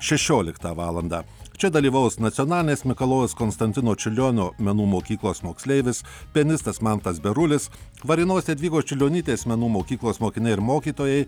šešioliktą valandą čia dalyvaus nacionalinės mikalojaus konstantino čiurlionio menų mokyklos moksleivis pianistas mantas berulis varėnos jadvygos čiurlionytės menų mokyklos mokiniai ir mokytojai